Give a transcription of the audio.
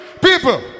people